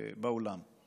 באולם: